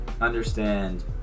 understand